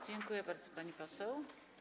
Dziękuję bardzo, pani poseł.